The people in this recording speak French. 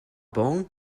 bon